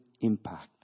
impact